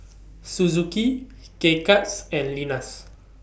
Suzuki K Cuts and Lenas